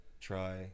try